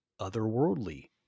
otherworldly